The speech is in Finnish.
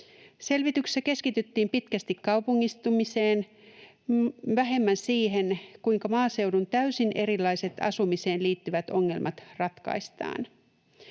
Selvityksessä keskityttiin pitkästi kaupungistumiseen, vähemmän siihen, kuinka maaseudun täysin erilaiset asumiseen liittyvät ongelmat ratkaistaan.